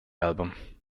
album